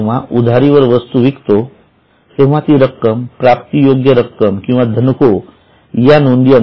आपण जेव्हा उधारीवर वस्तू विकतो तेव्हा ती रक्कम प्राप्ती योग्य रक्कम किंवा धनको याअंतर्गत दाखवितो